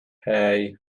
hei